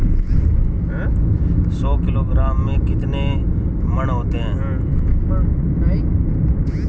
सौ किलोग्राम में कितने मण होते हैं?